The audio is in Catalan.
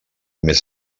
més